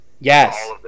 Yes